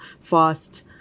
fast